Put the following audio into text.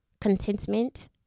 Contentment